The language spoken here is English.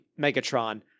Megatron